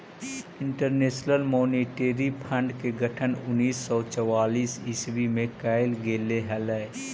international monetary fund के गठन उन्नीस सौ चौवालीस ईस्वी में कैल गेले हलइ